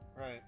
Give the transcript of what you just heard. Right